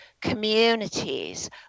communities